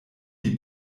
die